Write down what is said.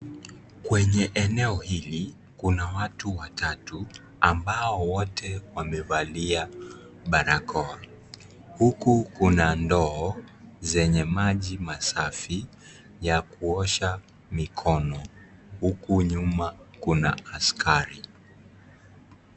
Kwenye eneo hili kuna watu watatu ambao wote wamevalia barakoa, huku kuna ndoo zenye maji masafi ya kuosha mikono huku nyuma kuna askari.